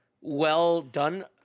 well-done